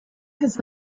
has